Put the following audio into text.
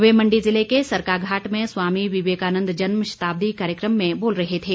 वे मण्डी जिले के सरकाघाट में स्वामी विवेकानन्द जन्म शताब्दी कार्यक्रम में बोल रहे थे